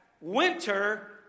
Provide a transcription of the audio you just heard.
winter